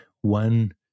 one